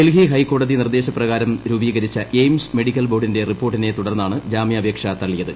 ഡൽഹി ഹൈക്കോടതി നിർദേശ പ്രകാരം രൂപീകരിച്ച എയിംസ് മെഡിക്കൽ ബോർഡിന്റെ റിപ്പോർട്ടിനെ തുടർന്നാണ്ജാമ്യാപേക്ഷ തള്ളിയത്